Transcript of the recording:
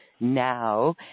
now